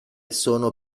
sono